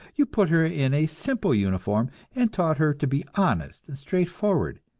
you put her in a simple uniform, and taught her to be honest and straightforward,